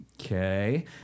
Okay